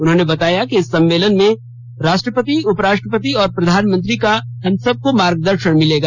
उन्होंने बताया कि इस सम्मेलन में राष्ट्रपति उपराष्ट्रपति और प्रधानमंत्री का हम सबको मार्गदर्शन मिलेगा